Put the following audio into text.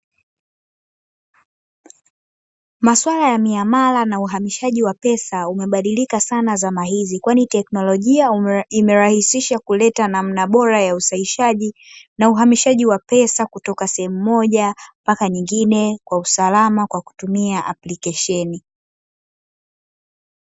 Maswala ya miamala na uhamishaji wa pesa umebadilika sana zama hizi, kwani teknolojia imerahisisha kuleta namna bora ya usahihishaji na uhamishaji wa pesa kutoka sehemu moja mpaka nyingine kwa usalama kwa kutumia aplikesheni.